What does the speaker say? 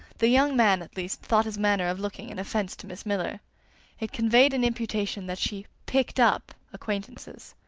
the young man, at least, thought his manner of looking an offense to miss miller it conveyed an imputation that she picked up acquaintances.